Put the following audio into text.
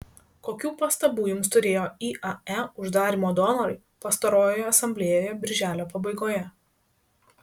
kokių pastabų jums turėjo iae uždarymo donorai pastarojoje asamblėjoje birželio pabaigoje